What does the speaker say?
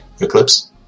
Eclipse